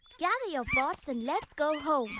gather your pots and let's go home.